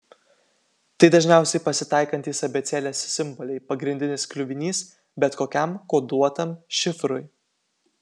tai dažniausiai pasitaikantys abėcėlės simboliai pagrindinis kliuvinys bet kokiam koduotam šifrui